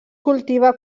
cultiva